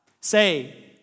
Say